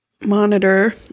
monitor